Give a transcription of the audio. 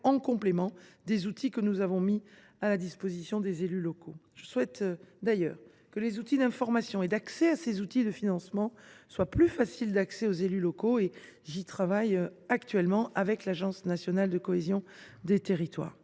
en complément des outils que nous avons mis à la disposition des élus locaux. Je souhaite d’ailleurs que les outils d’information et d’accès à ces modes de financement soient mieux connus des élus locaux. J’y travaille actuellement, avec l’Agence nationale de la cohésion des territoires